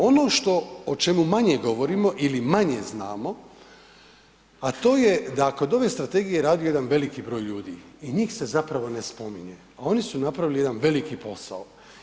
Ono što o čemu manje govorimo ili manje znamo, a to je da kod ove strategije je radio jedan veliki broj ljudi i njih se zapravo ne spominje, a oni su napravili jedan veliki posao.